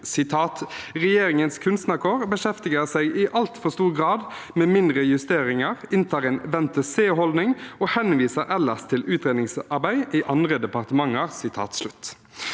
«Regjeringens Kunstnarkår (…) beskjeftiger seg i altfor stor grad med mindre justeringer, inntar en “vent og se”-holdning og henviser ellers til utredningsarbeid i andre departementer.»